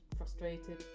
frustrated?